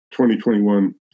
2021